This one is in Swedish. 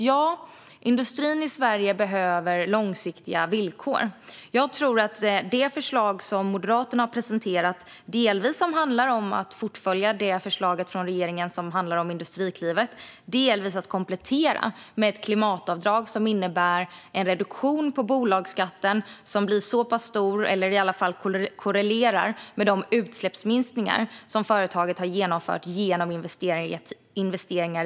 Ja, industrin i Sverige behöver långsiktiga villkor. Det förslag som Moderaterna har presenterat handlar dels om att fullfölja regeringens förslag om Industriklivet, dels om att komplettera med ett klimatavdrag som innebär en reduktion av bolagsskatten som korrelerar med de utsläppsminskningar som företaget har genomfört genom investeringar i teknik.